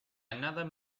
another